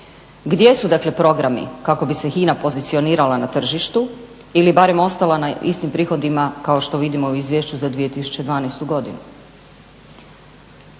dakle programi kako bi se HINA pozicionirala na tržištu ili barem ostala na istim prihodima kao što vidimo u izvješću za 2012. godinu.